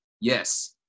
yes